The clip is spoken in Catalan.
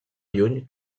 lluny